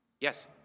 Yes